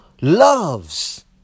loves